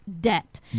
debt